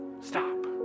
stop